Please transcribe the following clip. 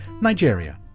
Nigeria